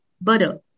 butter